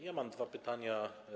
Ja mam dwa pytania.